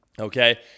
Okay